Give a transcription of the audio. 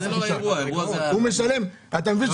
יש מדרגות.